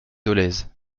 dolez